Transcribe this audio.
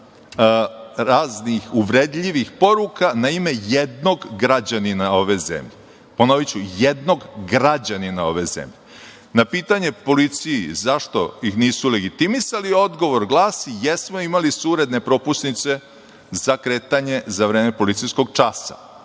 raznih uvredljivih poruka na ime jednog građanina ove zemlje. Ponoviću – jednog građanina ove zemlje. Na pitanje policiji – zašto ih nisu legitimisali, odgovor glasi – imali su uredne propusnice za kretanje za vreme policijskog časa. To